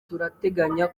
turateganya